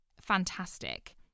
fantastic